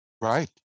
Right